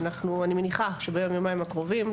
אני מניחה שביום-יומיים הקרובים,